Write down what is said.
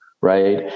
right